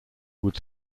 would